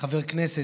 חבר כנסת,